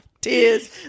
Tears